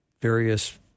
various